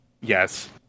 Yes